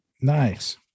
Nice